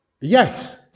Yes